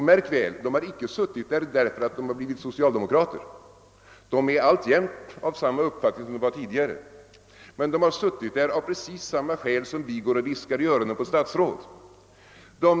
Märk väl att de inte har gjort det därför att de skulle ha blivit socialdemokrater — de är alltjämt av samma uppfattning som de varit tidigare — utan de har suttit där av samma skäl som vi går och viskar i öronen på statsråd.